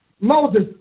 Moses